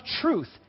truth